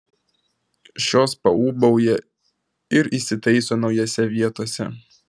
šios paūbauja ir įsitaiso naujose vietose